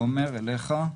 תומר, אליך.